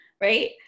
right